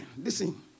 listen